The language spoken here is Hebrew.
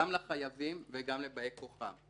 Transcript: גם לחייבים וגם לבאי כוחם,